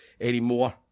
anymore